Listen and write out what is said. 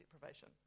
deprivation